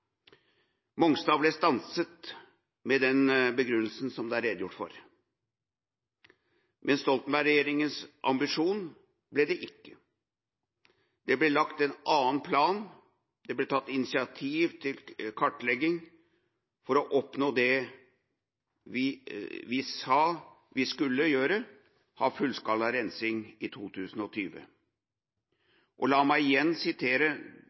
Mongstad ble stanset med den begrunnelsen det er redegjort for. Men Stoltenberg-regjeringas ambisjon ble ikke det. Det ble lagt en annen plan. Det ble tatt initiativ til kartlegging for å oppnå det vi sa vi skulle gjøre: ha fullskala rensing i 2020. La meg igjen sitere